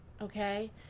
okay